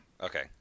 Okay